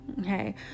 Okay